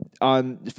On